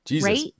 right